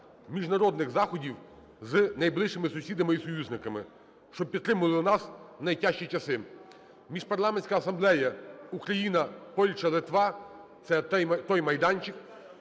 міжнародних заходів з найближчими сусідами і союзниками, що підтримували нас в найтяжчі часи. Міжпарламентська асамблея Україна–Польща–Литва – це той майданчик,